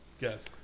Yes